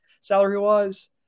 salary-wise